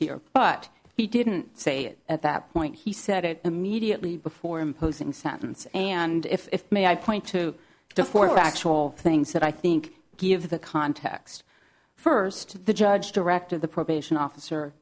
here but he didn't say it at that point he said it immediately before imposing sentence and if i may i point two to four factual things that i think give the context first to the judge direct of the probation officer